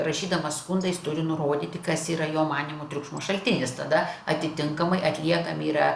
rašydamas skundą jis turi nurodyti kas yra jo manymu triukšmo šaltinis tada atitinkamai atliekami yra